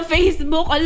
Facebook